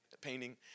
painting